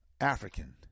African